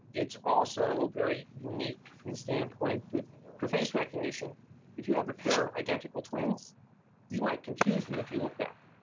it's also very unique from the standpoint that for face recognition if you have a pair of identical twins you might confuse them if you looked at them.